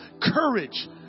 courage